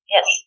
Yes